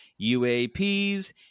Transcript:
UAPs